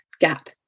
gap